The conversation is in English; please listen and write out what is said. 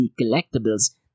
collectibles